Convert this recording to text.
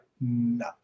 no